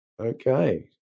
Okay